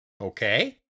okay